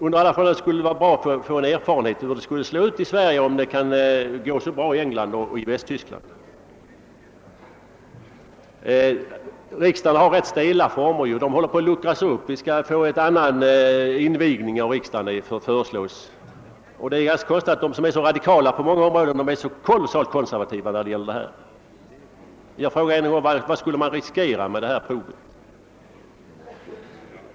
Under alla förhållanden skulle det vara värdefullt att få erfarenhet av hur detta skulle slå ut, när det tycks gå så bra i England och Västtyskland. Riksdagen har rätt stela former, men de håller på att luckras upp. Bland annat föreslås det att vi skall få en annan ordning vid öppnandet av sessionen. Det är konstigt att de som är så radikala på andra områden är så oerhört konservativa när det gäller ett förbud mot manuskript. Jag frågar ännu en gång: Vad skulle man riskera med ett prov?